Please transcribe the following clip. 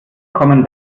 kommen